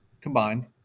combined